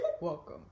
Welcome